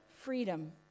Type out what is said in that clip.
freedom